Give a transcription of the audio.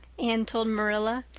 anne told marilla.